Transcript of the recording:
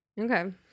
okay